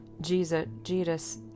Jesus